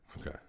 Okay